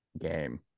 game